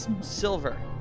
Silver